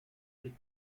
click